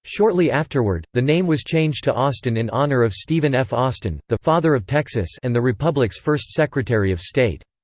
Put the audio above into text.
shortly afterward, the name was changed to austin in honor of stephen f. austin, the father of texas and the republic's first secretary of state.